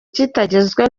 kitageze